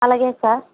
అలాగే సార్